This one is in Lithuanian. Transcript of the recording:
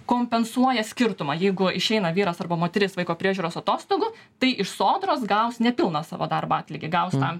kompensuoja skirtumą jeigu išeina vyras arba moteris vaiko priežiūros atostogų tai iš sodros gaus nepilną savo darbo atlygį gaus tą